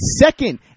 second